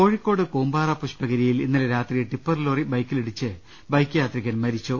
കോഴിക്കോട് കൂമ്പാറ പുഷ്പഗിരിയിൽ ഇന്നലെ രാത്രി ടിപ്പർ ലോറി ബൈക്കിലിടിച്ച് ബൈക്ക് യാത്രികൻ മരിച്ചു